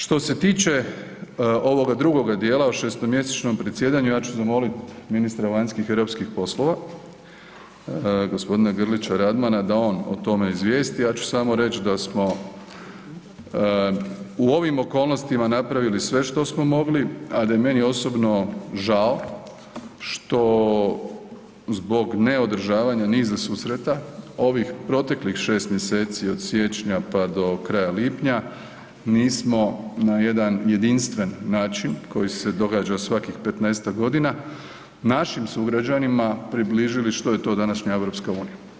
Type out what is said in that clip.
Što se tiče ovoga drugoga dijela o 6-mjesečnom predsjedanju, ja ću zamoliti ministra vanjskih i europskih poslova g. Grlića Radmana, da on o tome izvijesti, ja ću samo reći da smo u ovim okolnostima napravili sve što smo mogli, a da je meni osobno žao što zbog neodržavanja niza susreta ovih proteklih 6 mjeseci od siječnja pa do kraja lipnja mi smo na jedan jedinstven način, koji se događa svakih 15-tak godina, našim sugrađanima približili što je to današnja EU.